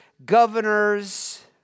governors